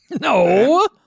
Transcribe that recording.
No